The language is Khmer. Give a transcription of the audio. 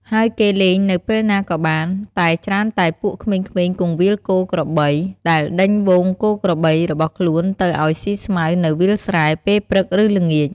ហើយគេលេងនៅពេលណាក៏បាន តែច្រើនតែពួកក្មេងៗគង្វាលគោ-ក្របី ដែលដេញហ្វូងគោក្របីរបស់ខ្លួនទៅឲ្យស៊ីស្មៅនៅវាលស្រែ ពេលព្រឹក ឬល្ងាច។